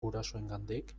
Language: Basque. gurasoengandik